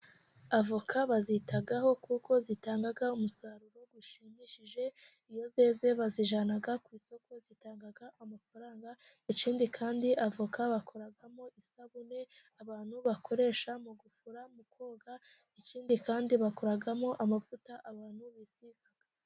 Avoka bazitaho kuko zitanga umusaruro ushimishije iyo zeze bazijyana ku isoko zitanga amafaranga, ikindi kandi avoka bakoramo isabune abantu bakoresha mu gufura mu koga, ikindi kandi bakoramo amavuta abantu bisiga.